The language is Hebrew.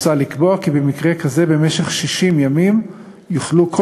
מוצע לקבוע כי במקרה כזה במשך 60 ימים יוכלו כל